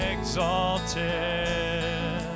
Exalted